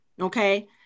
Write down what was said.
okay